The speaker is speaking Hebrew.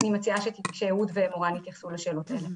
אני מציעה שאהוד ומורן יתייחסו לשאלות האלה.